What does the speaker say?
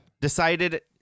Decided